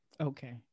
okay